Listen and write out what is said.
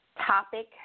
topic